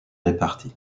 réparti